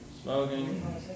Smoking